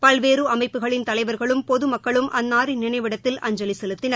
பல்வேறு அமைப்புகளின் தலைவர்களும் பொதுமக்களும் அன்னாரின் நினைவிடத்தில் அஞ்சலி செலுத்தின்